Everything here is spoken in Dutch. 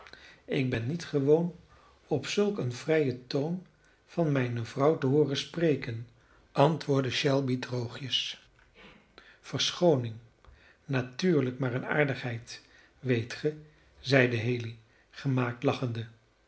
ik ben niet gewoon op zulk een vrijen toon van mijne vrouw te hooren spreken antwoordde shelby droogjes verschooning natuurlijk maar een aardigheid weet ge zeide haley gemaakt lachende